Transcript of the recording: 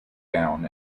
down